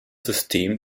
system